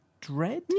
dread